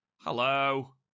hello